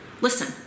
Listen